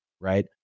Right